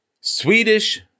Swedish